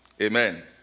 Amen